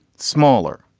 smaller,